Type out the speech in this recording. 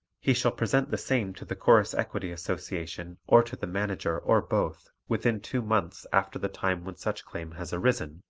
he shall present the same to the chorus equity association or to the manager or both within two months after the time when such claim has arisen,